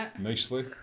nicely